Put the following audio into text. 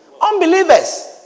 Unbelievers